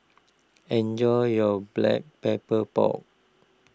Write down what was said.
enjoy your Black Pepper Pork